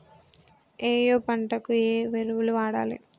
ఏయే పంటకు ఏ ఎరువులు వాడాలి?